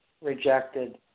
rejected